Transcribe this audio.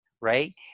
Right